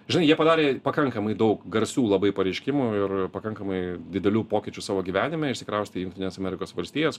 žinai jie padarė pakankamai daug garsių labai pareiškimų ir pakankamai didelių pokyčių savo gyvenime išsikraustė į jungtines amerikos valstijas